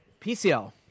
PCL